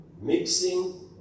mixing